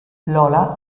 lola